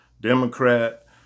Democrat